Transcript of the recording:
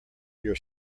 your